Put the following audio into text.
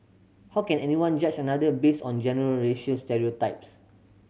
how can anyone judge another based on general racial stereotypes